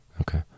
Okay